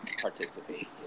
participate